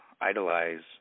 idolize